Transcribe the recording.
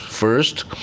First